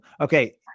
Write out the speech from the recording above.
Okay